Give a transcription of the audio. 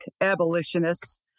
abolitionists